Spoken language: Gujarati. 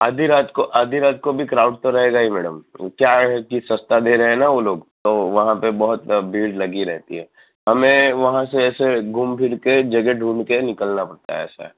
આધી રાત કો આધી રાત કો ભી ક્રાઉડ તો રહેગા હી મેડમ ક્યા હૈ કી સસ્તા દે રહે હૈ ના વો લોગ તો વહાં પે બહોત ભીડ લગી રહેતી હે હમેં વહાં સે ઐસે ઘૂમ ફીર કે જગહ ઢૂંઢ કે નિકલના પડતા હૈ ઐસા હૈ